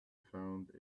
found